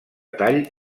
tall